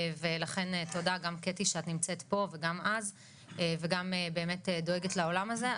לכן תודה, קטי, שאת נמצאת פה וגם דואגת לעולם הזה.